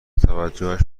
توجهش